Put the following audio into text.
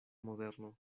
moderno